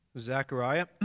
Zechariah